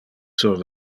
sur